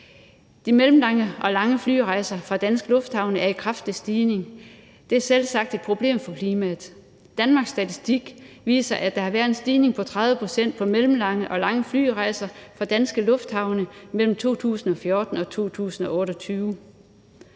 De mellemlange og lange flyrejser fra danske lufthavne er i kraftig stigning. Det er selvsagt et problem for klimaet. Danmarks Statistik viser, at der har været en stigning på 30 pct. på mellemlange og lange flyrejser fra danske lufthavne fra 2014 til 2018